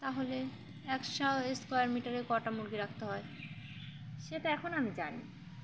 তাহলে একশো স্কোয়ার মিটারে কটা মুরগি রাখতে হয় সেটা এখন আমি জানি